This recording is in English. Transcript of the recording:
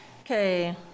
Okay